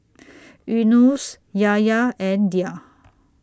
Yunos Yahya and Dhia